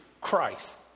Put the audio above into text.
Christ